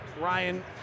Ryan